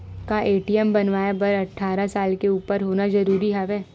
का ए.टी.एम बनवाय बर अट्ठारह साल के उपर होना जरूरी हवय?